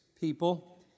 people